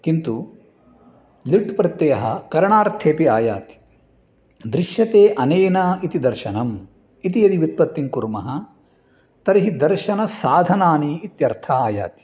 किन्तु ल्युट् प्रत्ययः करणार्थेऽपि आयाति दृश्यते अनेन इति दर्शनम् इति यदि व्युत्पत्तिं कुर्मः तर्हि दर्शनसाधनानि इत्यर्थः आयाति